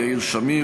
יאיר שמיר,